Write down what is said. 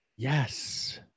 Yes